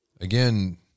Again